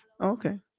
okay